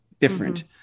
different